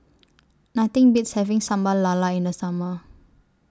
Nothing Beats having Sambal Lala in The Summer